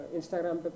Instagram